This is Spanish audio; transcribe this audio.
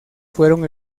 fueron